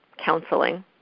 counseling